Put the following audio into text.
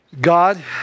God